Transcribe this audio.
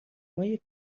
مایه